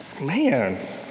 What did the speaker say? man